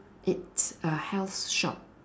it's a health shop